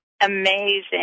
amazing